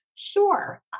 Sure